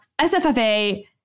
SFFA